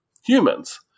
humans